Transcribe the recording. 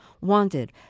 Wanted